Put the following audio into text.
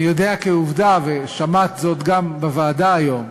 אני יודע כעובדה, ושמעת זאת גם בוועדה היום,